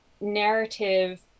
narrative